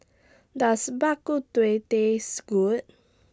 Does Bak Kut Teh Taste Good